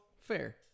fair